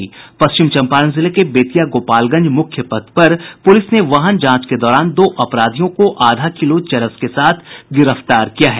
पश्चिम चंपारण जिले के बेतिया गोपालगंज मुख्य पथ पर पुलिस ने वाहन जांच के दौरान दो अपराधियों को आधा किलो चरस के साथ गिरफ्तार किया है